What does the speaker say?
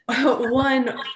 One